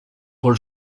paul